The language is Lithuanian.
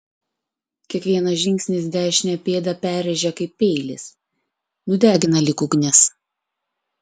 kiekvienas žingsnis dešinę pėdą perrėžia kaip peilis nudegina lyg ugnis